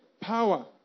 power